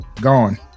gone